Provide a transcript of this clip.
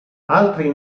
altri